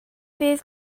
bydd